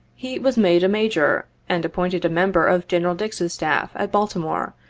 he was made a major, and appointed a member of general dix's staff, at baltimore,